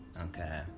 Okay